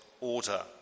order